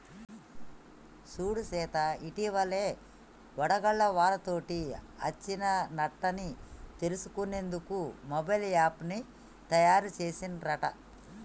సూడు సీత ఇటివలే వడగళ్ల వానతోటి అచ్చిన నట్టన్ని తెలుసుకునేందుకు మొబైల్ యాప్ను తాయారు సెసిన్ రట